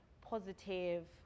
positive